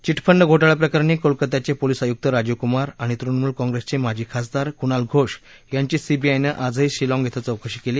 chit fund घोटाळ्याप्रकरणी कोलकात्याचे police आयुक्त राजीव कुमार आणि तृणमूल काँग्रेसचे माजी खासदार कुणाल घोष यांची सीबीआयनं आजही शिलाँग इथं चौकशी केली